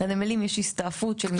לנמלים יש הסתעפות של מסילות רכבת.